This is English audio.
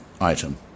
item